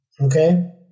Okay